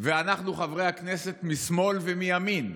ואנחנו, חברי הכנסת משמאל ומימין,